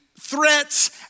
threats